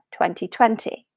2020